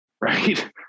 right